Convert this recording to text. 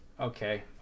Okay